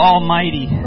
Almighty